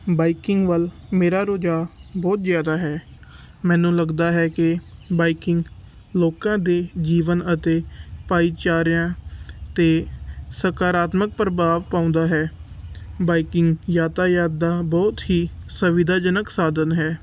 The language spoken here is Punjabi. ਬਾਈਕਿੰਗ ਵੱਲ ਮੇਰਾ ਰੁਝਾਅ ਬਹੁਤ ਜ਼ਿਆਦਾ ਹੈ ਮੈਨੂੰ ਲੱਗਦਾ ਹੈ ਕਿ ਬਾਈਕਿੰਗ ਲੋਕਾਂ ਦੇ ਜੀਵਨ ਅਤੇ ਭਾਈਚਾਰਿਆਂ 'ਤੇ ਸਕਾਰਾਤਮਕ ਪ੍ਰਭਾਵ ਪਾਉਂਦਾ ਹੈ ਬਾਈਕਿੰਗ ਯਾਤਾਯਾਤ ਦਾ ਬਹੁਤ ਹੀ ਸੁਵਿਧਾਜਨਕ ਸਾਧਨ ਹੈ